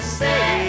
say